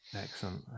excellent